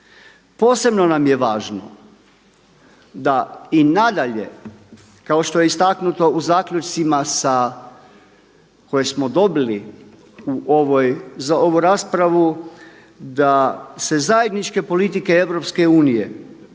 Posebno nam je važno da i na dalje kao što je istaknuto u zaključcima koje smo dobili za ovu raspravu, da se zajedničke politike EU, europski